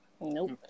Nope